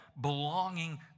belonging